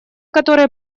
которые